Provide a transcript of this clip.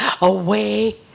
Away